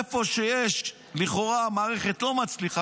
איפה שלכאורה המערכת לא מצליחה,